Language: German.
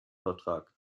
vertrag